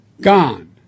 Gone